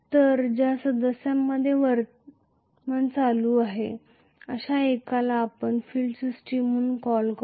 तर आम्ही करंट चालू असलेल्या सदस्यांपैकी एकाला फील्ड सिस्टम म्हणून संबोधित करतो